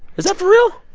is that for real?